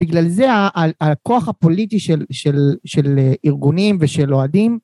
בגלל זה הכוח הפוליטי של ארגונים ושל אוהדים